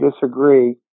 disagree